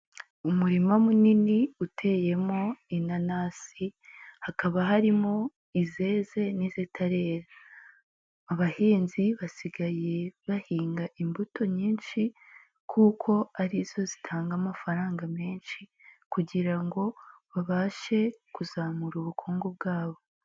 Umurima munini uteyemo inanasi, hakaba harimo izeze n'izitarera. Abahinzi basigaye bahinga imbuto nyinshi kuko arizo zitanga amafaranga menshi kugira ngo babashe kuzamura ubukungu bwabo.